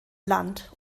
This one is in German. land